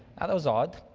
ah that was odd.